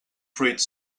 fruits